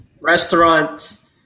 restaurants